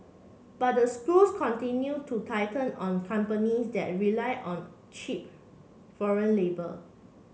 but the screws continue to tighten on companies that rely on cheap foreign labour